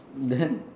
then